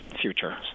future